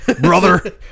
brother